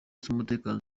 z’umutekano